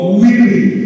weary